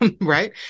right